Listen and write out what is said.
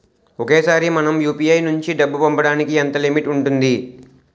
ఒకేసారి మనం యు.పి.ఐ నుంచి డబ్బు పంపడానికి ఎంత లిమిట్ ఉంటుంది?